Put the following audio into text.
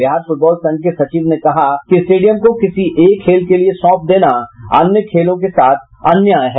Bihar football संघ के सचिव ने कहा कि स्टेडियम को किसी एक खेल के लिए सौंप देना अन्य खेलों के साथ अन्याय है